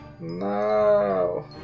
No